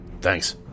Thanks